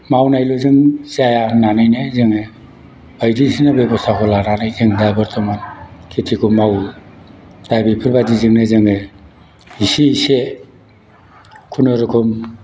मावनायल'जों जाया होननानैनो जोङो बायदिसिना बेबस्ताखौ लानानै जों दा बर्तमान खेतिखौ मावो दा बेफोरबादिजोंनो जोङो इसे इसे खुनुरखम